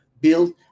build